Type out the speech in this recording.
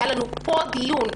היה לנו פה דיון,